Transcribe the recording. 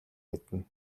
мэднэ